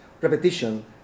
repetition